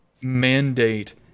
mandate